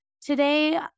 today